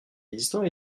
existants